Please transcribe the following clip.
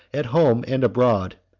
at home and abroad,